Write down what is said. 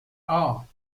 aar